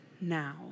now